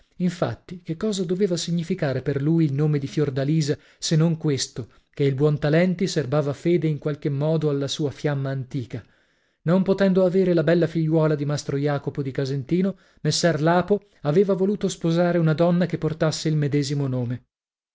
infatti che cosa doveva significare per lui il nome di fiordalisa se non questo che il buontalenti serbava fede in qualche modo alla sua fiamma antica non potendo avere la bella figliuola di mastro jacopo di casentino messer lapo aveva voluto sposare una donna che portasse il medesimo nome